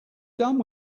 done